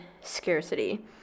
scarcity